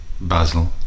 basil